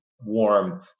warm